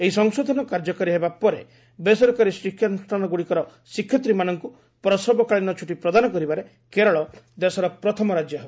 ଏହି ସଂଶୋଧନ କାର୍ଯ୍ୟକାରୀ ହେବା ପରେ ବେସରକାରୀ ଶିକ୍ଷାନୁଷ୍ଠାନଗୁଡ଼ିକର ଶିକ୍ଷୟିତ୍ରୀମାନଙ୍କୁ ପ୍ରସବକାଳୀନ ଛୁଟି ପ୍ରଦାନ କରିବାରେ କେରଳ ଦେଶର ପ୍ରଥମ ରାଜ୍ୟ ହେବ